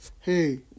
Hey